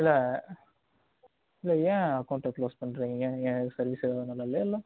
இல்லை இல்லை ஏன் அக்கோண்ட்டை க்ளோஸ் பண்ணுறீங்க ஏன் ஏன் சர்வீஸ் எதுவும் நல்லா இல்லையா இல்லை